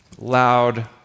Loud